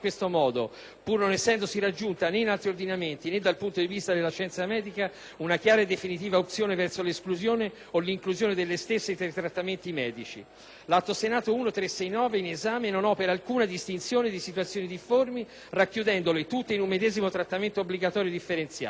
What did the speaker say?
pur non essendosi raggiunta, né in altri ordinamenti né dal punto di vista della scienza medica, una chiara e definita opzione verso l'esclusione o l'inclusione delle stesse tra i trattamenti medici. L'atto Senato n. 1369 in esame non opera alcuna distinzione di situazioni difformi, racchiudendole tutte in un medesimo trattamento obbligatorio indifferenziato.